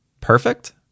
Perfect